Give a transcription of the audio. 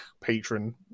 patron